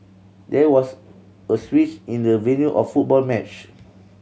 there was a switch in the venue of football match